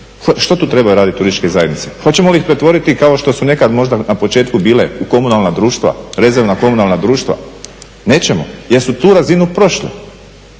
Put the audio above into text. Što tu trebaju raditi turističke zajednice? Hoćemo li ih pretvoriti kao što su nekad možda na početku bile komunalna društva, rezervna komunalna društva? Nećemo, jer su tu razinu prošle.